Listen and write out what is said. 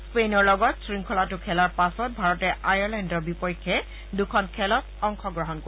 স্পেইনৰ লগত শৃংখলাটো খেলাৰ পাছত ভাৰতে আয়াৰলেণ্ডৰ বিপেক্ষ দুখন খেলত অংশগ্ৰহণ কৰিব